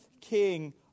king